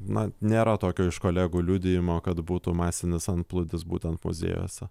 na nėra tokio iš kolegų liudijimo kad būtų masinis antplūdis būtent muziejuose